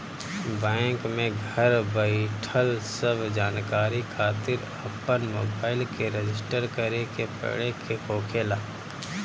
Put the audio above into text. bank में घर बईठल सब जानकारी खातिर अपन मोबाईल के रजिस्टर करे के पड़े के होखेला